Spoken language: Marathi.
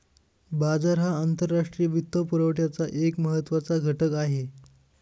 बाजार हा आंतरराष्ट्रीय वित्तपुरवठ्याचा एक महत्त्वाचा घटक आहे